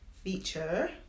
feature